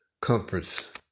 comforts